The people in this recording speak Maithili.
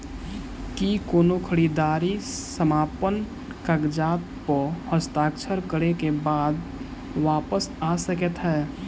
की कोनो खरीददारी समापन कागजात प हस्ताक्षर करे केँ बाद वापस आ सकै है?